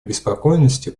обеспокоенности